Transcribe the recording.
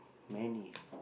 many